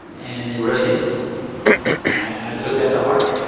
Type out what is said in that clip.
and it really hit me, and i took that to heart